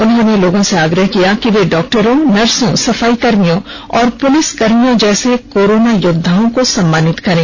उन्होंने लोगों से आग्रह किया कि वे डॉक्टरों नर्सों सफाई कर्मियों और पुलिस कर्मियों जैसे कोरोना योद्वाओं का सम्मानित करें